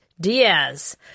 diaz